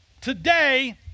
today